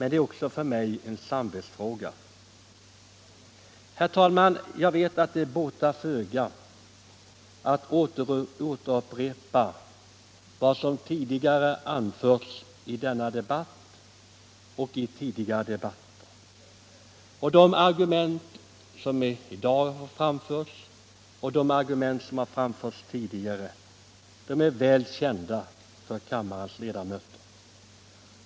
Det är för mig också en samvetsfråga. Herr talman! Jag vet att det båtar föga att upprepa vad som anförts i denna debatt och i tidigare debatter. Argumenten har framförts i dag och tidigare och är väl kända för kammarens ledamöter.